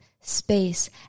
space